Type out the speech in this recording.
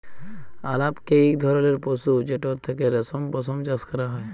আলাপকে ইক ধরলের পশু যেটর থ্যাকে রেশম, পশম চাষ ক্যরা হ্যয়